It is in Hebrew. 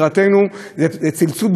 זה צלצול בפעמון של אש.